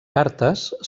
cartes